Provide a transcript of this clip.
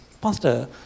Pastor